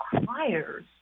requires